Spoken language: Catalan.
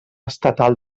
estatal